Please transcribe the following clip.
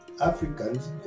Africans